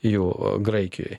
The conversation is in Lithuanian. jo graikijoj